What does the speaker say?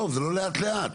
לא זה לא לאט לאט,